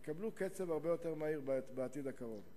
יוקמו בקצב הרבה יותר מהיר בעתיד הקרוב.